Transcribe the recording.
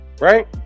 right